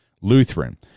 Lutheran